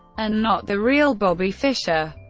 and not the real bobby fischer.